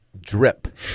Drip